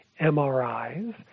MRIs